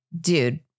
dude